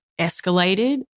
escalated